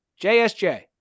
JSJ